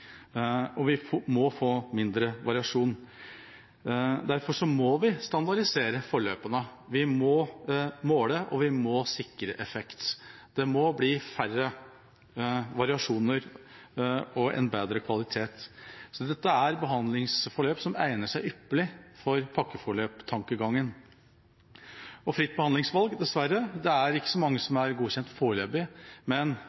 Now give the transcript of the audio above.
og vi må få mindre variasjon. Derfor må vi standardisere forløpene. Vi må måle, og vi må sikre, effekt. Det må bli færre variasjoner og bedre kvalitet. Så dette er behandlingsforløp som egner seg ypperlig for pakkeforløptankegangen. Når det gjelder fritt behandlingsvalg, er det dessverre ikke så mange som er godkjent foreløpig, men